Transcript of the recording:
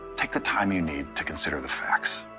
take the time you need to consider the facts,